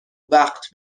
وقت